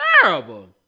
terrible